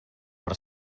per